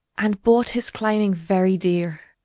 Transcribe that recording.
and bought his climbing very deare